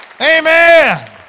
Amen